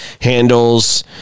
handles